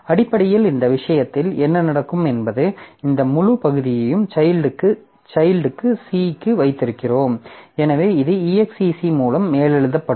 அடிப்படையில் இந்த விஷயத்தில் என்ன நடக்கும் என்பது இந்த முழுப் பகுதியும் சைல்ட்க்கு Cக்கு வைத்திருக்கிறோம் எனவே இது exec மூலம் மேலெழுதப்படும்